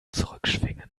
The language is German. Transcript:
zurückschwingen